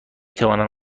توانم